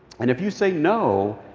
and if you say no,